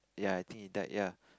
ya I think he died ya